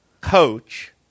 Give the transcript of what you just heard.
Coach –